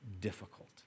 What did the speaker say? difficult